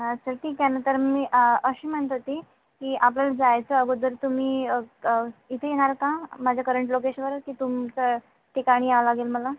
हां सर ठीक आहे ना तर मी असं म्हणत होते की आपण जायच्या अगोदर तुम्ही इथे येणार का माझ्या करंट लोकेशनवर की तुमच्या ठिकाणी यावं लागेल मला